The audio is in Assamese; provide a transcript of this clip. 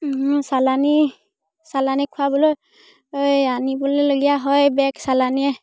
চালানী চালানীক খুৱাবলৈ আনিবলৈলগীয়া হয় বেলেগ চালানীয়ে